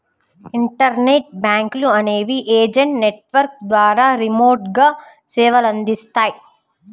internet బ్యాంకులు అనేవి agent network ద్వారా రిమోట్గా సేవలనందిస్తాయి